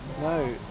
No